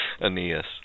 Aeneas